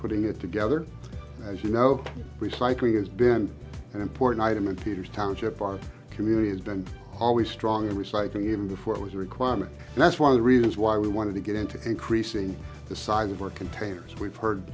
putting it together as you know recycling has been an important item in theaters township our community has been always strong recycling even before it was a requirement that's one of the reasons why we wanted to get into increasing the size of our containers we've heard